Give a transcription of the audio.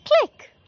click